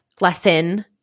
lesson